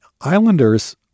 Islanders